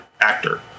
actor